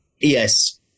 Yes